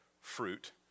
fruit